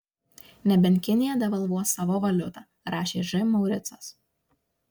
nebent kinija devalvuos savo valiutą rašė ž mauricas